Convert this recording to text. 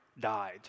died